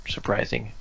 Surprising